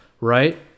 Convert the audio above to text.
right